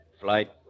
Flight